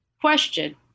Question